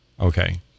okay